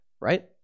right